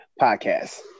podcast